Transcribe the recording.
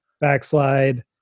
backslide